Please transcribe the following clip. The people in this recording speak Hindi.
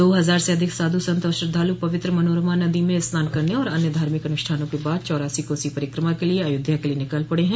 दो हजार से अधिक साधु संत और श्रद्धालु पवित्र मनोरमा नदी में स्नान करने और अन्य धार्मिक अनुष्ठानों के बाद चौरासी कोसी परिक्रमा क लिये अयोध्या के लिये निकल पड़े हैं